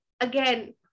again